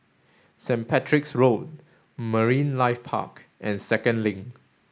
Saint Patrick's Road Marine Life Park and Second Link